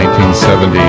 1970